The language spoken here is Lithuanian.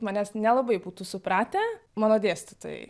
manęs nelabai būtų supratę mano dėstytojai